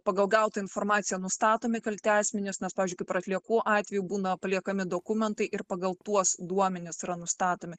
pagal gautą informaciją nustatomi kalti asmenys nes pavyzdžiui kaip ir atliekų atveju būna paliekami dokumentai ir pagal tuos duomenis yra nustatomi